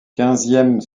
quinzième